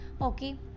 Okay